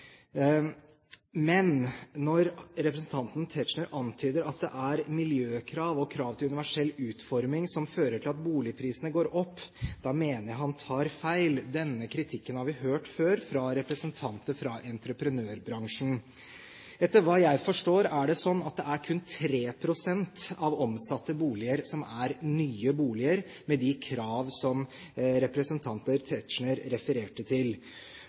Men når representanten Tetzschner antyder at det er miljøkrav og krav til universell utforming som fører til at boligprisene går opp, da mener jeg han tar feil. Denne kritikken har vi hørt før, fra representanter fra entreprenørbransjen. Etter hva jeg forstår, er det kun 3 pst. av omsatte boliger som er nye boliger med de krav som representanten Tetzschner refererte til.